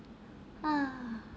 ha